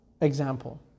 example